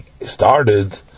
started